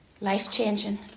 Life-changing